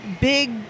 big